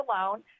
alone